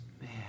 man